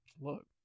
Look